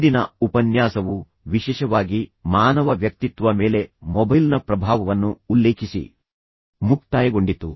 ಹಿಂದಿನ ಉಪನ್ಯಾಸವು ವಿಶೇಷವಾಗಿ ಮಾನವ ವ್ಯಕ್ತಿತ್ವ ಮೇಲೆ ಮೊಬೈಲ್ನ ಪ್ರಭಾವವನ್ನು ಉಲ್ಲೇಖಿಸಿ ಮುಕ್ತಾಯಗೊಂಡಿತು